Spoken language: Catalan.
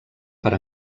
per